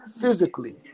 physically